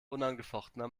unangefochtener